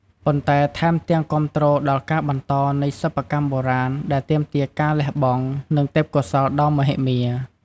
ប៉ុន្តែថែមទាំងគាំទ្រដល់ការបន្តនៃសិប្បកម្មបុរាណដែលទាមទារការលះបង់ និងទេពកោសល្យដ៏មហិមា។